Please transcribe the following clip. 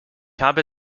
habe